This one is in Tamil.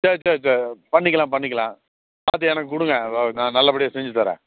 சரி சரி சரி பண்ணிக்கலாம் பண்ணிக்கலாம் பார்த்து எனக்கு கொடுங்க வ நான் நல்லபடியாக செஞ்சு தரேன்